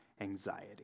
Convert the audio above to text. anxiety